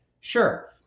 Sure